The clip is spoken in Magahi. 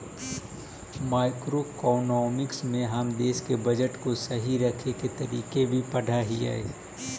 मैक्रोइकॉनॉमिक्स में हम देश के बजट को सही रखे के तरीके भी पढ़अ हियई